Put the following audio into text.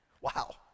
Wow